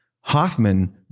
hoffman